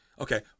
okay